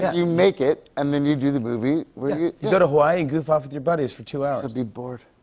you make it, and then you do the movie. you go to hawaii and goof off with your buddies for two hours. you'd be bored.